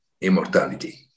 immortality